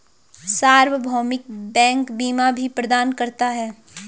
सार्वभौमिक बैंक बीमा भी प्रदान करता है